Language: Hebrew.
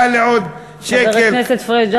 עלה לעוד שקל חבר הכנסת פריג',